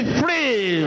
free